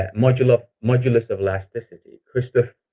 and modulus modulus of elasticity. christoph